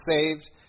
saved